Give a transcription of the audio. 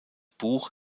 buch